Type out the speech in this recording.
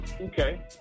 Okay